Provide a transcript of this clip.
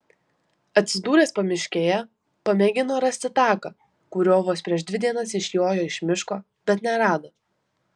atsidūręs pamiškėje pamėgino rasti taką kuriuo vos prieš dvi dienas išjojo iš miško bet nerado